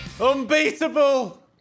Unbeatable